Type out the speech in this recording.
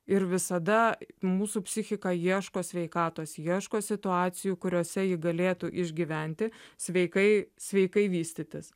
ir visada mūsų psichika ieško sveikatos ieško situacijų kuriose ji galėtų išgyventi sveikai sveikai vystytis